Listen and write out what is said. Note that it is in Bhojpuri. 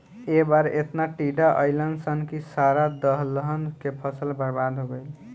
ए बार एतना टिड्डा अईलन सन की सारा दलहन के फसल बर्बाद हो गईल